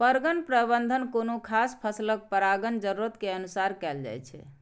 परगण प्रबंधन कोनो खास फसलक परागण जरूरत के अनुसार कैल जाइ छै